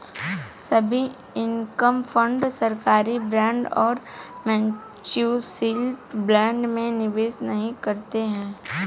सभी income fund सरकारी bond और म्यूनिसिपल बॉन्ड में निवेश नहीं करते हैं